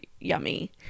yummy